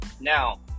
Now